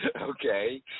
Okay